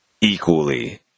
equally